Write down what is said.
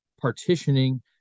partitioning